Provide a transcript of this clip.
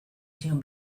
zion